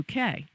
UK